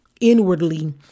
Inwardly